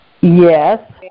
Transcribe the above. Yes